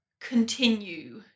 continue